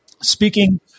speaking